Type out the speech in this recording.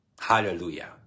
Hallelujah